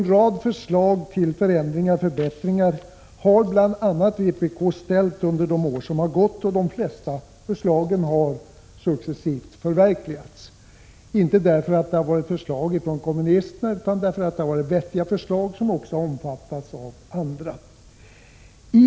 En rad förslag till förändringar och förbättringar har lagts fram av vpk, och de flesta av dem har successivt förverkligats, inte därför att-det varit förslag som framlagts av kommunisterna utan därför att det varit vettiga förslag, som också har omfattats av andra partier.